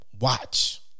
Watch